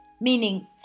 meaning